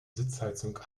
sitzheizung